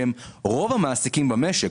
שהם רוב העסקים במשק,